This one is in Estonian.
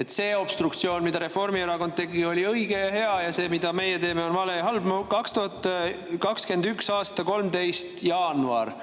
et see obstruktsioon, mida Reformierakond tegi, oli õige ja hea, ja see, mida meie teeme, on vale ja halb. 2021. aasta 13. jaanuar